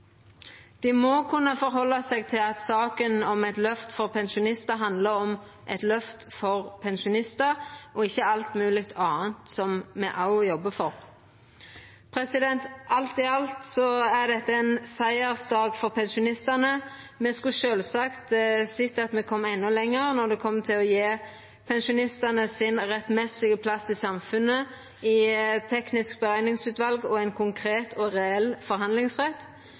Dei må kunna halda seg til at saka om eit løft for pensjonistar handlar om eit løft for pensjonistar, ikkje alt mogleg anna me òg jobbar for. Alt i alt er dette ein sigersdag for pensjonistane. Me skulle sjølvsagt sett at me kom endå lenger når det kjem til å gje pensjonistane deira rettmessige plass i samfunnet, i Teknisk berekningsutval og ein konkret og reell forhandlingsrett.